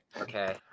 Okay